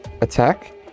attack